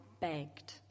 begged